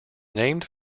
named